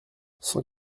cent